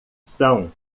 são